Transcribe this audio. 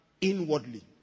inwardly